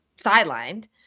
sidelined